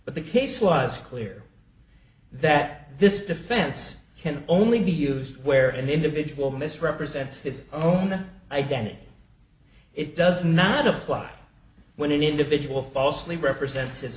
but the case was clear that this defense can only be used where an individual misrepresents his own identity it does not apply when an individual falsely represents his